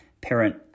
parent